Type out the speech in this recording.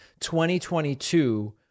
2022